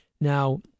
Now